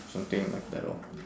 something like that lor